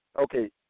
Okay